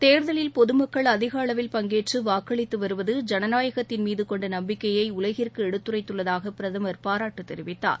தேர்தலில் பொதுமக்கள் அதிக அளவில் பங்கேற்று வாக்களித்து வருவது ஜனநாயகத்தின் மீது கொண்ட நம்பிக்கையை உலகிற்கு எடுத்துரைத்துள்ளதாக பிரதமர் பாராட்டு தெரிவித்தார்